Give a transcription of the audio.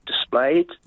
displayed